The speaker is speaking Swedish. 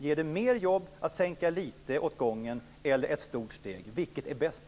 Ger det fler jobb att man minskar arbetstiden litet åt gången än att ta ett stort steg på en gång? Vilket är bäst?